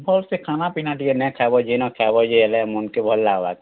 ଭଲ୍ସେ ଖାନାପିନା ଟିକେ ନାଇଁ ଖାଏବ ଯେ ନାଇ ଖାଏବ ଯେ ହେଲେ ମନ୍ କେ ଭଲ୍ ଲାଗ୍ବା କାଏଁ